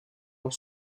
dans